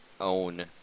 own